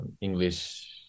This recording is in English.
english